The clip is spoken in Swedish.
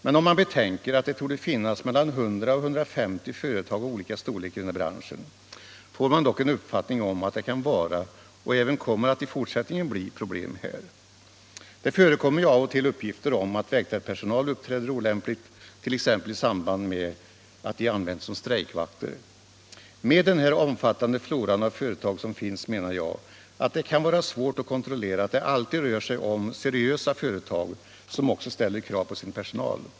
Men om man betänker att det torde finnas mellan 100 och 150 företag av olika storlek i denna bransch får man en uppfattning om att det kan finnas och även kommer att finnas problem i branschen. Det förekommer ju av och till uppgifter om att väktarpersonal uppträder olämpligt, t.ex. 9 i samband med att de används som strejkvakter. Med den omfattande flora av företag som finns kan det vara svårt att kontrollera att det alltid rör sig om seriösa företag, som också ställer krav på sin personal.